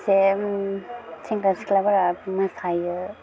खायसे सेंग्रा सिख्लाफोरा मोसायो